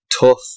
tough